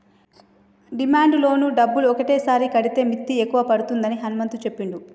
demand loan డబ్బులు ఒకటేసారి కడితే మిత్తి ఎక్కువ పడుతుందని హనుమంతు చెప్పిండు